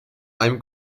einem